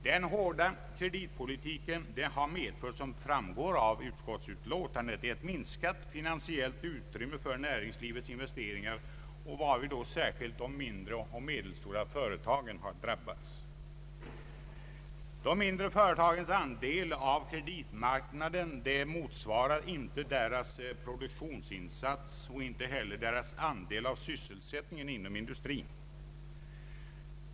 Den hårda kreditpolitiken har medfört, såsom framgår av utskottsutlåtandet, ett minskat finansiellt utrymme för näringslivets investeringar, varvid särskilt de mindre och medelstora företagen drabbats. De mindre företagens andel av kreditmarknaden motsvarar inte deras produktionsinsats och inte heller deras andel av sysselsättningen inom industrin.